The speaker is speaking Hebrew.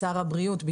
שר הבריאות,